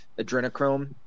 adrenochrome